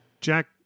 Jack